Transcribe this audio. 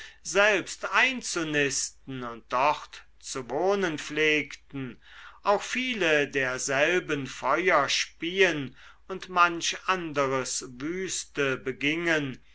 selbst einzunisten und dort zu wohnen pflegten auch viele derselben feuer spieen und manch anderes wüste begingen